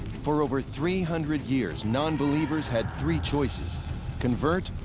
for over three hundred years, nonbelievers had three choices convert,